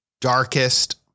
darkest